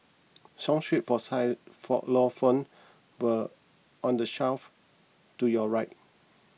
song sheets for but on the shelf to your right